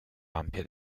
ampia